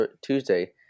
Tuesday